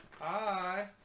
Hi